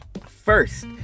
First